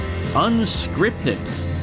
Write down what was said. unscripted